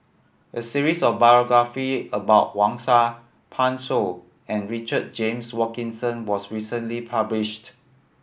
a series of biography about Wang Sha Pan Shou and Richard James Wilkinson was recently published